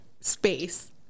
space